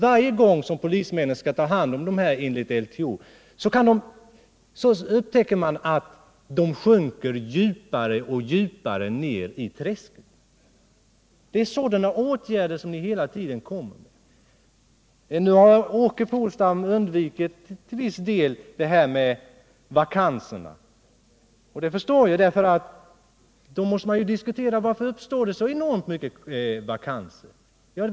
Varje gång som polismännen skall ta hand om dessa personer enligt LTO, så erfar de att de omhändertagna bara sjunker djupare och djupare ned i träsket. Åke Polstam har undvikit till viss del att tala om vakanserna. Det förstår jag, därför att då måste man diskutera förhållandet varför det uppstår så enormt många vakanser.